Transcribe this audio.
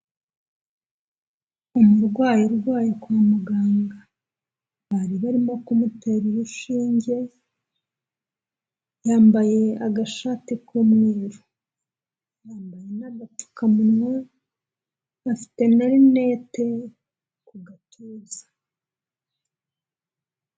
Umurwayi urwaye kwa muganga, bari barimo kumutera urushinge, yambaye agashati k'umweru, yambaye n'agapfukamunwa, afite na rinete ku gatuza.